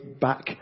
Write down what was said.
back